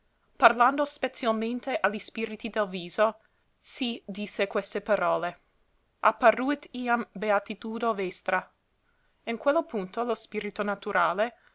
parlando spezialmente a li spiriti del viso sì disse queste parole apparuit iam beatitudo vestra in quello punto lo spirito naturale